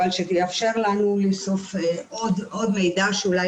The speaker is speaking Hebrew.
אבל שתאפשר לנו לאסוף עוד מידע שאולי